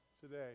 today